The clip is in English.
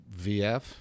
VF